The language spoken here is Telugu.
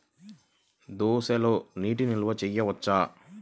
దోసలో నీటి నిల్వ చేయవచ్చా?